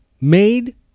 made